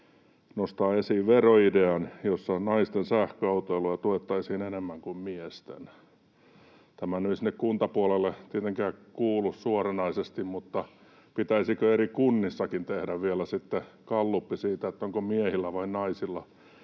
nostaa esiin veroidean, jossa naisten sähköautoilua tuettaisiin enemmän kuin miesten. Tämä nyt ei sinne kuntapuolelle tietenkään suoranaisesti kuulu, mutta pitäisikö eri kunnissakin tehdä vielä sitten galluppi siitä, onko miehillä vai naisilla